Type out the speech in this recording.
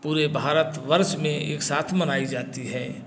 पूरे भारतवर्ष में एक साथ मनाई जाती है